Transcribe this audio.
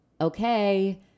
okay